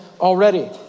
already